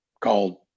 called